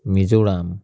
Mizoram